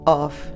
off